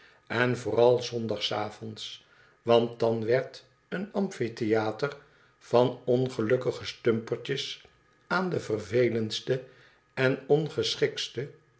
n vooral zondagsavonds want dan werd een amphitheater van ongelukkige stumpertjes aan den vervelendsten en